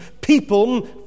people